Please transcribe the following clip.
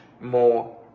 more